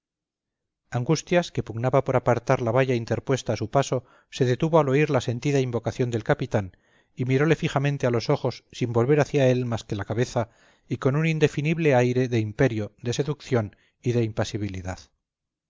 angustias que pugnaba por apartar la valla interpuesta a su paso se detuvo al oír la sentida invocación del capitán y mirole fijamente a los ojos sin volver hacia él más que la cabeza y con un indefinible aire de imperio de seducción y de impasibilidad